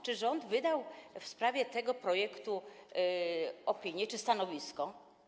Czy rząd wydał w sprawie tego projektu opinię czy stanowisko?